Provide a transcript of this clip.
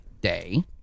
Day